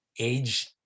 age